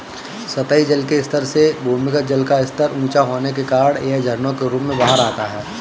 सतही जल के स्तर से भूमिगत जल का स्तर ऊँचा होने के कारण यह झरनों के रूप में बाहर आता है